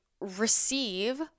receive